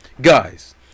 Guys